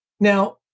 Now